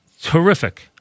terrific